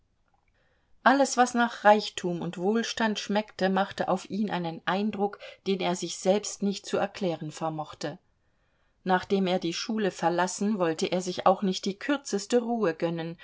alles was nach reichtum und wohlstand schmeckte machte auf ihn einen eindruck den er sich selbst nicht zu erklären vermochte nachdem er die schule verlassen wollte er sich auch nicht die kürzeste ruhe gönnen